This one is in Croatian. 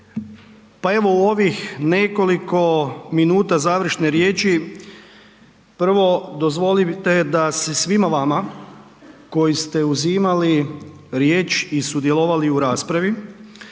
Pa evo u ovih nekoliko minuta završne riječi, prvo dozvolite da se svima vama koji ste uzimali riječ i sudjelovali u raspravi,